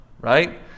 right